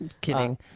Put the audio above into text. kidding